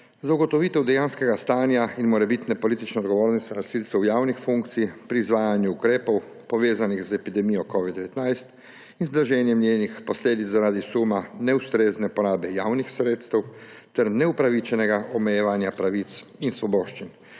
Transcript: ugotovitev dejanskega stanja in morebitne politične odgovornosti nosilcev javnih funkcij pri izvajanju ukrepov, povezanih z epidemijo covid-19, in z blaženjem njenih posledic zaradi suma neustrezne porabe javnih sredstev ter neupravičenega omejevanja pravic in svoboščin,